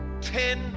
Ten